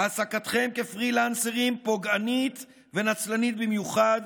העסקתכם כפרילנסרים פוגענית ונצלנית במיוחד,